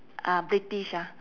uh british ah